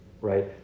right